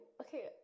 okay